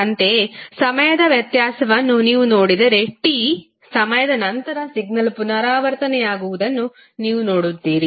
ಅಂತೆಯೇ ಸಮಯದ ವ್ಯತ್ಯಾಸವನ್ನು ನೀವು ನೋಡಿದರೆ T ಸಮಯದ ನಂತರ ಸಿಗ್ನಲ್ ಮತ್ತೆ ಪುನರಾವರ್ತನೆಯಾಗುವುದನ್ನು ನೀವು ನೋಡುತ್ತೀರಿ